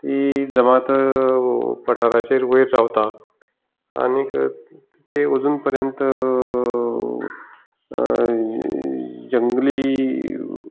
ही जमात पठाराचेर वयर रावता आनी ती अजून पर्यंत जंगली